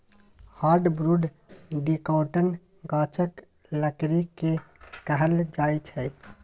hardwood डिकौटक गाछक लकड़ी केँ कहल जाइ छै